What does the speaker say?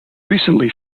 recently